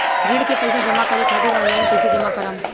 ऋण के पैसा जमा करें खातिर ऑनलाइन कइसे जमा करम?